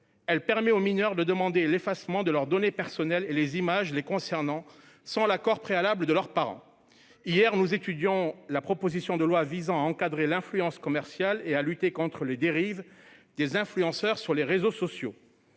Elle permet aux mineurs de demander l'effacement de leurs données personnelles et des images les concernant sans l'accord préalable de leurs parents. Hier, nous étudiions la proposition de loi visant à encadrer l'influence commerciale et à lutter contre les dérives des influenceurs sur les réseaux sociaux.